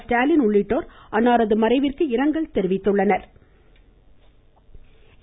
ஸ்டாலின் உள்ளிட்டோர் அன்னாரது மறைவிற்கு இரங்கல் தெரிவித்துள்ளனா்